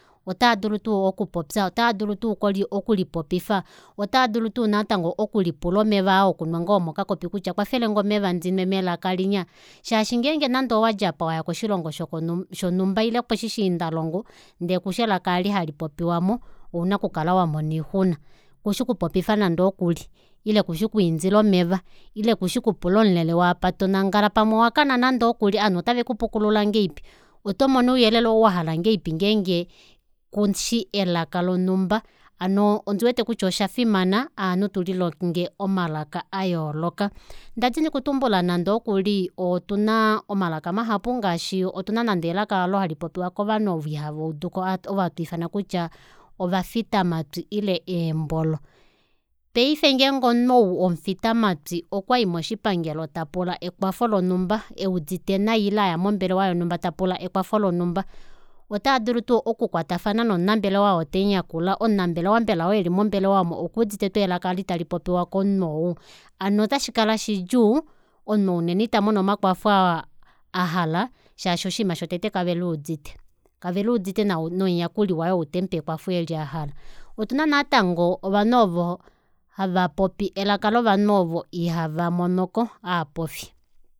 Otaadulu tuu okupopya otaadulu tuu okulipopifa otaadulu tuu okulipula omeva ngoo aa okunwa omokakopi kutya kwafelenge omeva ndimwe melaka linya shaashi ngenge owadi aapa waya koshilongo shonhumba ile poshiindalongo ndee kushi elaka eli halipopiwamo ouna okukala wamona oixuna kushi kupopifa nande ookuli ile kushi kwiindila omeva ile kushi kupula omulele waapa tonangala pamwe owakana nande okuli ovanhu otave kupukulula ngahelipi otomono ouyelele oo wahala ngahelipi ngenge kushi elaka lonhuma hano ondiwete kutya oshafimana ovanhu tulilonge omalaka ayooloka ndadini okutumbula nande okuli otuna omalaka mahapu ngaashi otuna nande elaka aalo hali popiwa kovanhu ovo ihavauduko ovo hatwiifana kutya ovafita matwi ile eembolo paife ngenge omunhu ou womufitamatwi okwayi moshipangelo tapula ekwafo lonumba eudite nai ile aya mombelewa tapula ekwafo lonumba otavadulu tuu okukwatafana nomunambelewa oo temuyakula omunambelewa omunambelwa mbela oo eli mombelewa aamo okuudite tuu elaka aalo talipopiwa komunhu ou hano otashikala shidjuu omunhu ou nena itamono omakwafo oo ahala shaashi oshinima shotete kaveluudite kaveluudite nomuyakuli waye outemupe ekwafo eli ahala otuna natango ovanhu ovo hava popi elaka lovanhu ovo ihavamonoko aapofi